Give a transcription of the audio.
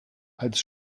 als